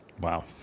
Wow